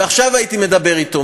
ועכשיו הייתי מדבר אתו,